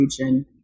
region